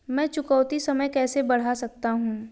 मैं चुकौती समय कैसे बढ़ा सकता हूं?